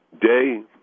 day